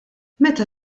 meta